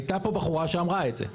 הייתה פה בחורה שאמרה את זה.